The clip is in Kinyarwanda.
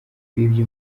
bibye